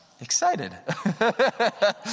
Excited